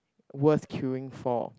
worth queuing for